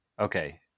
Okay